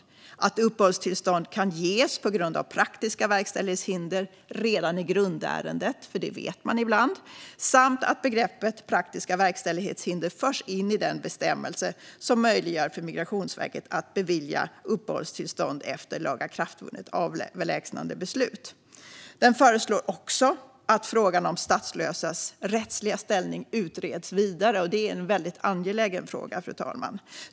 Man föreslår att uppehållstillstånd kan ges på grund av praktiska verkställighetshinder redan i grundärendet - det vet man ibland - samt att begreppet praktiska verkställighetshinder förs in i den bestämmelse som möjliggör för Migrationsverket att bevilja uppehållstillstånd efter lagakraftvunnet avlägsnandebeslut. Den föreslår också att frågan om statslösas rättsliga ställning utreds vidare. Det är en väldigt angelägen fråga.